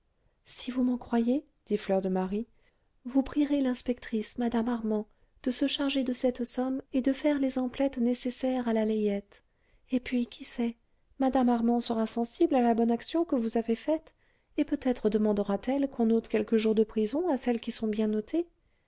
si vous m'en croyez dit fleur de marie vous prierez l'inspectrice mme armand de se charger de cette somme et de faire les emplettes nécessaires à la layette et puis qui sait mme armand sera sensible à la bonne action que vous avez faite et peut-être demandera t elle qu'on ôte quelques jours de prison à celles qui sont bien notées